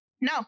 no